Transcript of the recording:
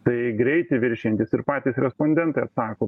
tai greitį viršijantys ir patys respondentai atsako